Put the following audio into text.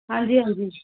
ਹਾਂਜੀ ਹਾਂਜੀ